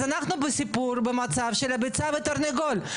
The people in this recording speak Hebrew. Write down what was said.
אז אנחנו בסיפור במצב של הביצה והתרנגולת.